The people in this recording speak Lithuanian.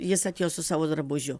jis atėjo su savo drabužiu